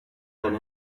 than